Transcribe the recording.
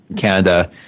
Canada